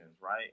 Right